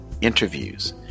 interviews